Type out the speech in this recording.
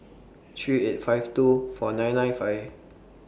three eight five two four nine nine five